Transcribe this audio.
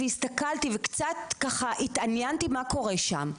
הסתכלתי וקצת התעניינתי מה קורה שם.